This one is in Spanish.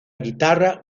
guitarra